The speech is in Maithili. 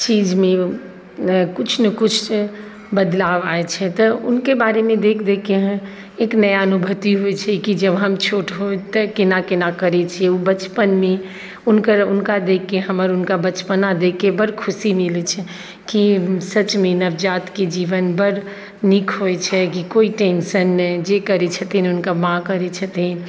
चीजमे किछु नहि किछु बदलाव आए छै तऽ हुनके बारेमे देखि देखिकऽ एक नया अनुभूति होइ छै कि जब हम छोट होइ तऽ कोना कोना करै छिए ओ बचपनमे हुनकर हुनका देखिकऽ हमर हुनका बचपना देखिकऽ बड्ड खुशी मिलै छै कि सचमे नवजातके जीवन बड़ नीक होइ छै कि कोइ टेन्शन नहि जे करै छथिन हुनका माँ करै छथिन